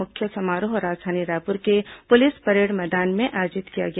मुख्य समारोह राजधानी रायपुर के पुलिस परेड मैदान में आयोजित किया गया